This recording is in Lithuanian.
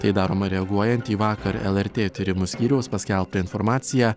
tai daroma reaguojant į vakar lrt tyrimų skyriaus paskelbtą informaciją